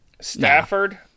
stafford